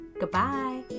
Goodbye